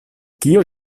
kio